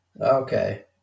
Okay